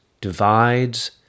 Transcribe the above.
divides